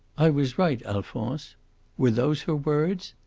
i was right, alphonse were those her words?